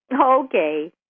Okay